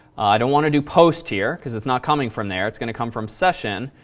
i don't want to do post here because it's not coming from there, it's going to come from session,